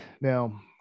now